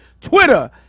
Twitter